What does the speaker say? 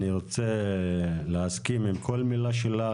אני רוצה להסכים עם כל מילה שלך,